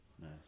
Nice